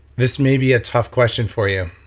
this may be a tough question for you.